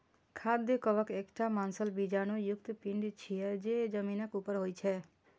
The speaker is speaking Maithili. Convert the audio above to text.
खाद्य कवक एकटा मांसल बीजाणु युक्त पिंड छियै, जे जमीनक ऊपर होइ छै